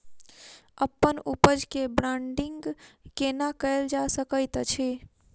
अप्पन उपज केँ ब्रांडिंग केना कैल जा सकैत अछि?